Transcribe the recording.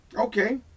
Okay